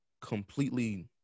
completely